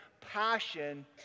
Passion